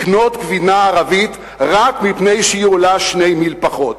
לקנות גבינה ערבית רק מפני שהיא עולה שני מיל פחות,